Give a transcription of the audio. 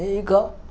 ಈಗ